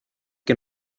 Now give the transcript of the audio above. que